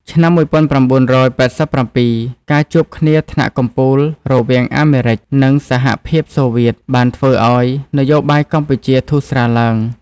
ឆ្នាំ ១៩៨៧ ការជួបគ្នាថ្នាក់កំពូលរវាង អាមេរិច និងសហភាពសូវៀតបានធ្វើឲ្យ នយោបាយកម្ពុជាធូរស្រាលឡើង។